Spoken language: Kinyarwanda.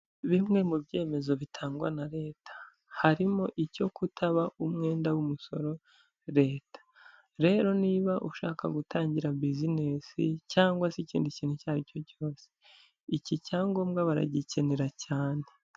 Bimwe mu byemezo bitangwa na leta. Harimo icyo kutaba umwenda w'umusoro leta. Rero niba ushaka gutangira bizinesi cyangwa se ikindi kintu icyo ari cyo cyose, iki cyanyangombwa baragikenera cyane.